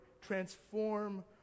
transform